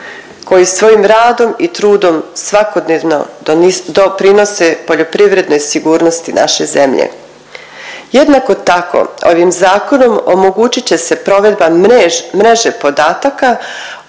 koji svojim radom i trudom svakodnevno doprinose poljoprivrednoj sigurnosti naše zemlje. Jednako tako ovim zakonom omogućit će se provedba mreže podataka